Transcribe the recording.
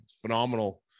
phenomenal